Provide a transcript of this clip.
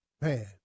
Man